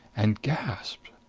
and gasped!